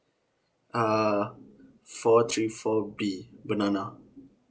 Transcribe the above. uh four three four B banana